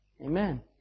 Amen